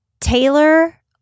Taylor